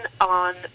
on